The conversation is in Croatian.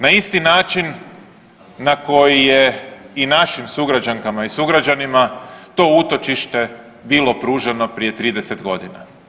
Na isti način na koji je i našim sugrađankama i sugrađanima to utočište bilo pruženo prije 30 godina.